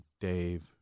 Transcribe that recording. Dave